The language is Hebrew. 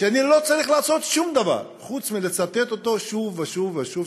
אני לא צריך לעשות שום דבר חוץ מלצטט אותו שוב ושוב ושוב.